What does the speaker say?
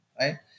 Right